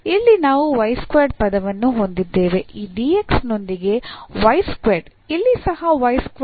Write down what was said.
ಇಲ್ಲಿ ನಾವು ಪದವನ್ನು ಹೊಂದಿದ್ದೇವೆ ಈ dx ನೊಂದಿಗೆ ಇಲ್ಲಿ ಸಹ dy